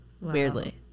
Weirdly